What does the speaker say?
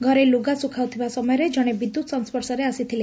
ଘରେ ଲୁଗା ଶୁଖାଉଥିବା ସମୟରେ ଜଣେ ବିଦ୍ୟୁତ୍ ସଂସ୍ୱର୍ଶରେ ଆସିଥିଲେ